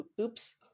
oops